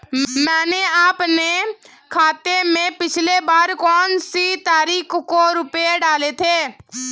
मैंने अपने खाते में पिछली बार कौनसी तारीख को रुपये डाले थे?